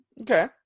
okay